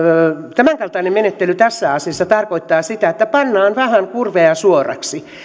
tämän kaltainen menettely tässä asiassa tarkoittaa sitä että pannaan vähän kurveja suoraksi